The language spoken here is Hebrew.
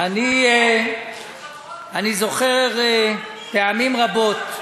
אני זוכר פעמים רבות,